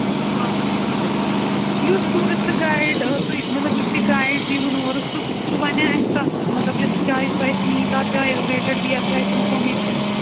پانژھ یُس ٹیٛوٗرِسٹہٕ گایِڈ تُہۍ مطلب یُس تُہۍ گایِڈ دِہوٗن اورٕ سُہ سُہ وَنیٛا اَسہِ تَتھ مطلب یُس جایہِ سُہ اَسہِ نِیہِ تَتھ جایہِ رِلیٹِڈ دِیا سُہ اَسہِ اِنفارمیشَن